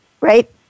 right